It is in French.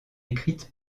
écrite